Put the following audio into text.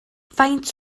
faint